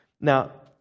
Now